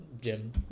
gym